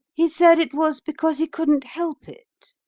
he said it was because he couldn't help it.